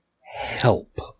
help